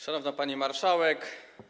Szanowna Pani Marszałek!